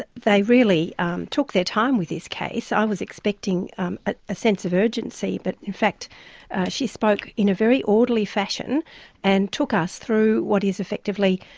ah they really took their time with this case. i was expecting um ah a sense of urgency, but, she spoke in a very orderly fashion and took us through what is, effectively,